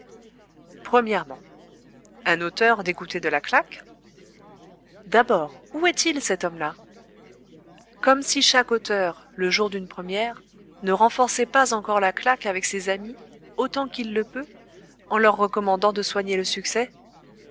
un auteur dégoûté de la claque d'abord où est-il cet homme-là comme si chaque auteur le jour d'une première ne renforçait pas encore la claque avec ses amis autant qu'il le peut en leur recommandant de soigner le succès